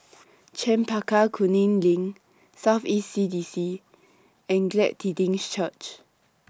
Chempaka Kuning LINK South East C D C and Glad Tidings Church